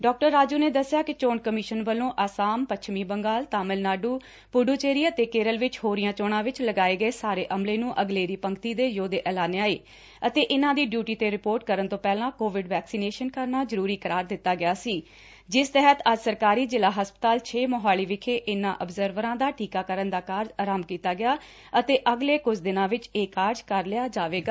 ਡਾ ਰਾਜੁ ਨੇ ਦੱਸਿਆ ਕਿ ਚੋਣ ਕਮਿਸ਼ਨ ਵਲੋਂ ਆਸਾਮ ਪੱਛਮੀ ਬੰਗਾਲ ਤਮਿਲਨਾਡੁ ਪੱਡੁਚੇਰੀ ਅਤੇ ਕੇਰਲ ਵਿਚ ਹੋ ਰਹੀਆ ਚੋਣਾ ਵਿਚ ਲਗਾਏ ਗਏ ਸਾਰੇ ਅਮਲੇ ਨੂੰ ਅਗਲੇਰੀ ਪੰਕਤੀ ਦੇ ਯੋਧੇ ਐਲਾਨਿਆ ਏ ਅਤੇ ਇਨ੍ਹਾਂ ਦੀ ਡਿਊਟੀ ਤੇ ਰਿਪੋਰਟ ਕਰਨ ਤੋਂ ਪਹਿਲਾਂ ਕੋਵਿਡ ਵੈਕਸੀਨੇਸ਼ਨ ਕਰਨਾ ਜਰੂਰੀ ਕਰਾਰ ਦਿੱਤਾ ਗਿਆ ਸੀ ਜਿਸ ਤਹਿਤ ਅੱਜ ਸਰਕਾਰੀ ਜਿਲ੍ਹਾ ਹਸਪਤਾਲ ਛੇ ਮੁਹਾਲੀ ਵਿਖੇ ਇਨ੍ਹਾਂ ਅਬਜ਼ਰਵਰਾਂ ਦਾ ਟੀਕਾਕਰਨ ਦਾ ਕਾਰਜ ਅਰੰਭ ਕੀਤਾ ਗਿਆ ਅਤੇ ਅਗਲੇ ਕੁਝ ਦਿਨਾਂ ਵਿਚ ਇਹ ਕਾਰਜ ਕਰ ਲਿਆ ਜਾਵੇਗਾ